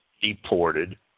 deported